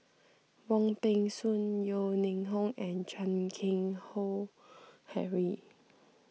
Wong Peng Soon Yeo Ning Hong and Chan Keng Howe Harry